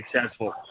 successful